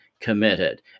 committed